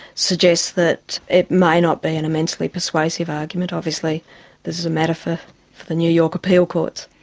suggests that it may not be an immensely persuasive argument. obviously this is a matter for for the new york appeal courts.